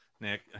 Nick